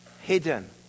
Hidden